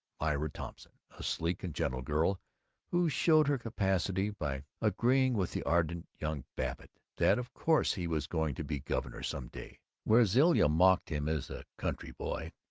myra thompson, a sleek and gentle girl who showed her capacity by agreeing with the ardent young babbitt that of course he was going to be governor some day. where zilla mocked him as a country boy,